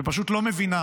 שפשוט לא מבינה